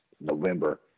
November